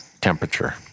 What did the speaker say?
temperature